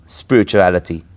spirituality